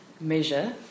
measure